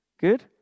Good